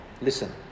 Listen